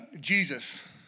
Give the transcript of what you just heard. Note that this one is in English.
Jesus